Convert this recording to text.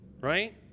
right